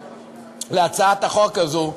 להצעת החוק הזו.